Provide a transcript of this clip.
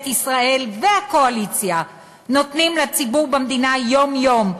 ישראל והקואליציה נותנות לציבור במדינה יום-יום,